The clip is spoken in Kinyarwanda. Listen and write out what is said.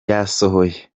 yasohoye